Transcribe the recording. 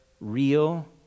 real